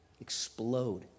explode